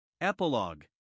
Epilogue